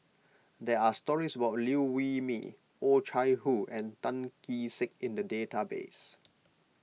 there are stories about Liew Wee Mee Oh Chai Hoo and Tan Kee Sek in the database